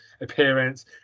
appearance